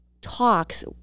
talks